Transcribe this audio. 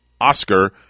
Oscar